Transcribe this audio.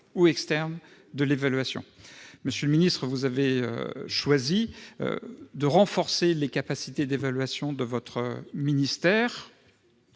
ou externe de l'évaluation. Vous avez choisi de renforcer les capacités d'évaluation de votre ministère,